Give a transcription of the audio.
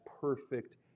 perfect